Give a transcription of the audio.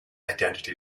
identity